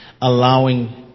allowing